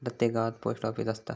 प्रत्येक गावात post office असता